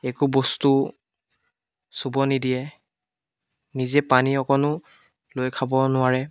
একো বস্তু চুব নিদিয়ে নিজে পানী অকণো লৈ খাব নোৱাৰে